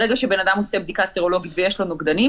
ברגע שבן אדם עושה בדיקה סרולוגית ויש לו נוגדנים,